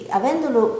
avendolo